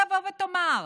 תבוא ותאמר